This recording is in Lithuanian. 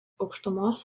aukštumos